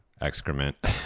excrement